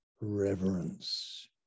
reverence